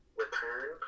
return